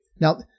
Now